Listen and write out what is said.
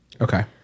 Okay